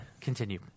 continue